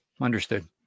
Understood